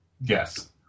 Yes